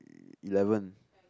eleven